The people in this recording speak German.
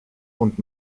und